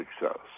success